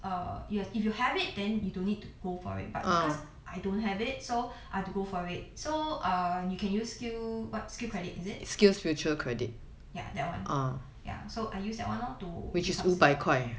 err yes if you have it then you don't need to go for it but because I don't have it so I had to go for it so err you can use skill what skill credit is it ya that one ya so I use that one lor to to subsidise